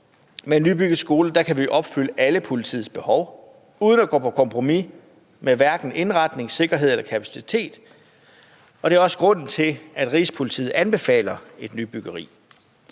Med en nybygget skole kan vi opfylde alle politiets behov uden at gå på kompromis med hverken indretning, sikkerhed eller kapacitet, og det er også grunden til, at Rigspolitiet anbefaler et nybyggeri.